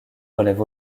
relève